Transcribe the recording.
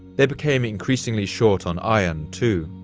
they became increasingly short on iron, too.